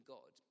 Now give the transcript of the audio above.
God